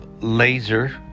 laser